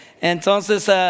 entonces